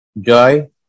joy